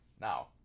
Now